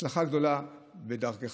הצלחה גדולה בדרכך,